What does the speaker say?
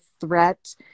threat